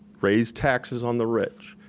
raise taxes on the rich,